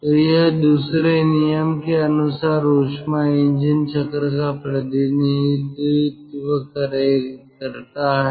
तो यह दूसरे नियम के अनुसार ऊष्मा इंजन चक्र का प्रतिनिधित्व करता है